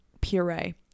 puree